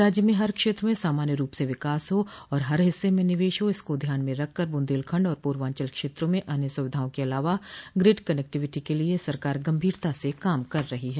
राज्य में हर क्षेत्र में सामान्य रूप से विकास हो और हर हिस्से में निवेश हो इसको ध्यान में रख कर बुन्देलखंड और पूर्वांचल क्षेत्रों में अन्य सुविधाओं के अलावा ग्रिड कनेक्टिविटी के लिये सरकार गंभीरता से काम कर रही है